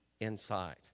inside